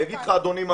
אני אגיד לך מה קורה.